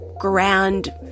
grand